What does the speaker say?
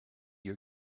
your